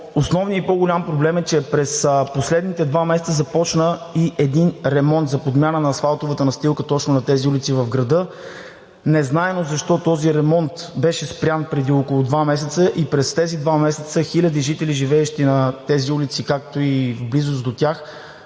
основният и по-голям проблем е, че през последните два месеца започна и един ремонт за подмяна на асфалтовата настилка точно на тези улици в града. Незнайно защо този ремонт беше спрян преди около два месеца, и през тези два месеца хиляди жители, живеещи на тези улици, както и в близост до тях,